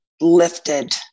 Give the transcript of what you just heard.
lifted